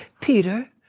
Peter